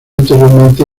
anteriormente